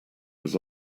was